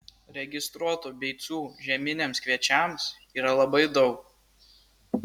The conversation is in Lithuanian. registruotų beicų žieminiams kviečiams yra labai daug